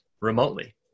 remotely